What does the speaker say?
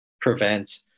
prevent